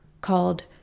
called